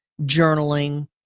journaling